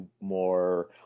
more